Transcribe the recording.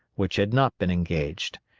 which had not been engaged.